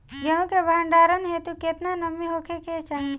गेहूं के भंडारन हेतू कितना नमी होखे के चाहि?